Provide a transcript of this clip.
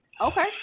Okay